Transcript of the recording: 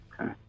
Okay